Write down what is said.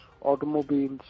automobiles